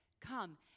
come